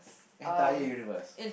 entire universe